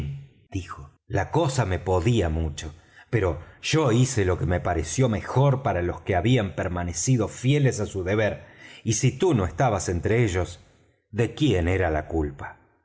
dijo la cosa me podía mucho pero yo hice lo que me pareció mejor para los que habían permanecido fieles á su deber y si tú no estabas entre ellos de quién era la culpa